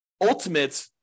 ultimate